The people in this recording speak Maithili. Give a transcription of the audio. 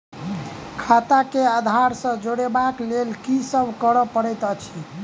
खाता केँ आधार सँ जोड़ेबाक लेल की सब करै पड़तै अछि?